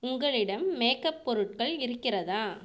உங்களிடம் மேக்கப் பொருட்கள் இருக்கிறதா